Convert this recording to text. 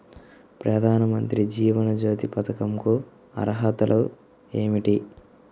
ప్రధాన మంత్రి జీవన జ్యోతి పథకంకు అర్హతలు ఏమిటి?